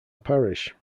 parish